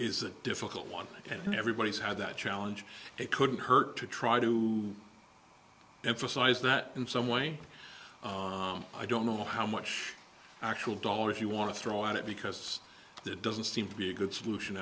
is a difficult one and everybody's had that challenge they couldn't hurt to try to emphasize that in some way i don't know how much actual dollar if you want to throw on it because it doesn't seem to be a good solution